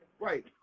Right